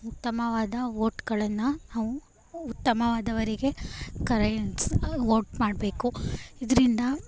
ಉತ್ತಮವಾದ ವೋಟ್ಗಳನ್ನು ನಾವು ಉತ್ತಮವಾದವರಿಗೆ ಕರೆ ವೋಟ್ ಮಾಡಬೇಕು ಇದರಿಂದ